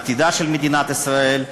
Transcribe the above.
עתידה של מדינת ישראל,